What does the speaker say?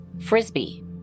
Frisbee